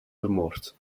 vermoord